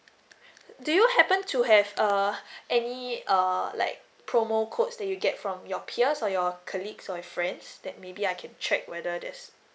do you happen to have uh any uh like promo codes that you get from your peers or your colleagues or your friends that maybe I can check whether there's